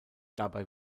dabei